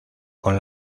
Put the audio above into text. con